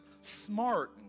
smart